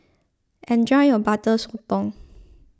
enjoy your Butter Sotong